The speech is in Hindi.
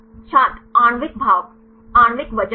छात्र आणविक भार आणविक वजन